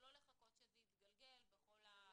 ולא לחכות שזה יתגלגל בכל הביורוקרטיות.